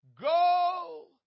Go